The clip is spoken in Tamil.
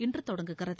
இன்று தொடங்குகிறது